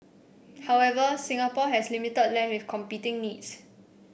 however Singapore has limited land with competing needs